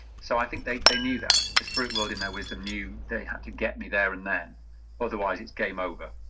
so i think they knew that the spirit world in their wisdom knew they had to get me there and then otherwise it's game over